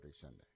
Sunday